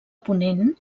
ponent